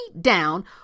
down